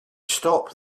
stop